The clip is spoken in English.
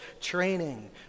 training